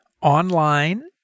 online